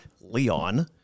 Leon